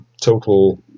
total